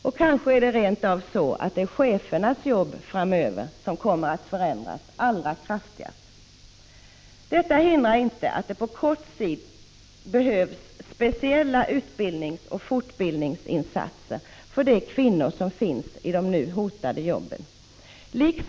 Och kanske är det rent av chefernas jobb som framöver kommer att förändras allra kraftigast. Detta hindrar inte att det på kort sikt behövs speciella utbildningsoch fortbildningsinsatser för de kvinnor som nu har de hotade jobben.